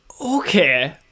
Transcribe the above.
Okay